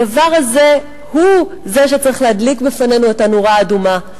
הדבר הזה הוא שצריך להדליק בפנינו את הנורה האדומה.